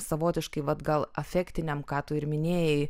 savotiškai vat gal afektiniam ką tu ir minėjai